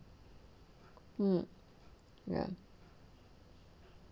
mm ya